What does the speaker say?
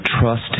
trust